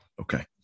Okay